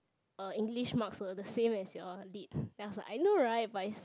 uh English marks were the same as your lit then I was like I know right but it's